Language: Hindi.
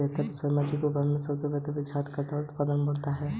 सामाजिक उद्यम बेहतर ग्राहक संबंध विकसित करता है और उत्पादकता बढ़ाता है